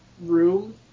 room